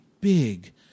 big